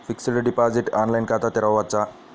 Fixed deposit online ఖాతా తెరువవచ్చా?